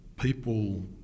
people